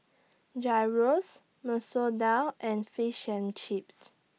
Gyros Masoor Dal and Fish and Chips